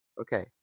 Okay